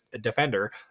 defender